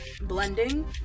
blending